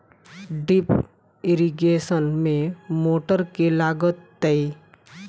Drip irrigation मे motor केँ लागतै?